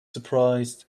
surprised